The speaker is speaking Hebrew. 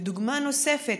ודוגמה נוספת,